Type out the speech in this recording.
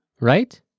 right